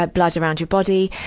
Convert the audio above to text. but blood around your body.